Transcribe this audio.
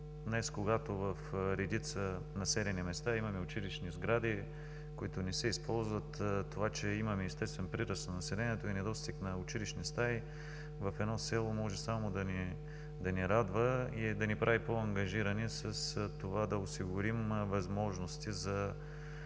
Днес, когато в редица населени места имаме училищни сгради, които не се използват, това, че имаме естествен прираст на населението и недостиг на училищни стаи в едно село, може само да ни радва и да ни прави по-ангажирани да осигурим възможности за